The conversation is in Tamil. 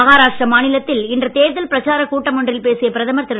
மஹாராஷ்டிரா மாநிலத்தில் இன்று தேர்தல் பிரச்சார கூட்டம் ஒன்றில் பேசிய பிரதமர் திரு